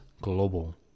Global